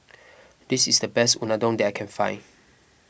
this is the best Unadon that I can find